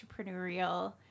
entrepreneurial